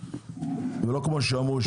ולא כמו שאמרו,